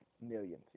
millions